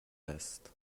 است